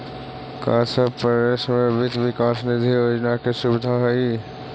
का सब परदेश में वित्त विकास निधि योजना के सुबिधा हई?